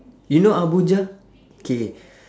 you know abuja okay